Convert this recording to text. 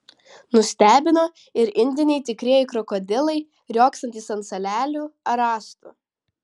nustebino ir indiniai tikrieji krokodilai riogsantys ant salelių ar rąstų